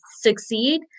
succeed